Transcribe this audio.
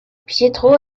pietro